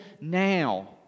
now